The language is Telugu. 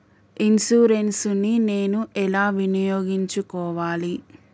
ఇన్సూరెన్సు ని నేను ఎలా వినియోగించుకోవాలి?